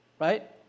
right